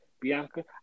Bianca